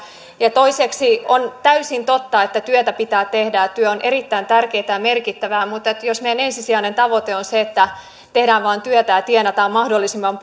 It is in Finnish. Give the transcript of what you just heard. ja toiseksi on täysin totta että työtä pitää tehdä ja työ on erittäin tärkeätä ja merkittävää mutta jos meidän ensisijainen tavoitteemme on se että tehdään vain työtä ja tienataan mahdollisimman